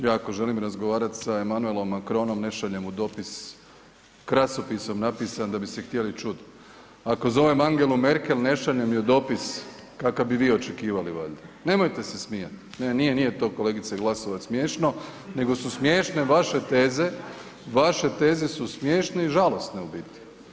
Ja ako želim razgovarati sa Emmanuelom Macronom ne šaljem mu dopis krasopisom napisan da bi se htjeli čuti, ako Angelu Merkel ne šaljem joj dopis kakav bi vi očekivali valjda, nemojte se smijati, ne, nije to kolegice Glasovac smiješno nego su smiješne vaše teze, vaše teze su smiješne i žalosne u biti.